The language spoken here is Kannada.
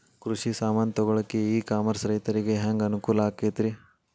ಕೃಷಿ ಸಾಮಾನ್ ತಗೊಳಕ್ಕ ಇ ಕಾಮರ್ಸ್ ರೈತರಿಗೆ ಹ್ಯಾಂಗ್ ಅನುಕೂಲ ಆಕ್ಕೈತ್ರಿ?